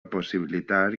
possibilitar